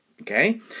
okay